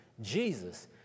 Jesus